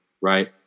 right